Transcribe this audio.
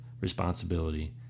responsibility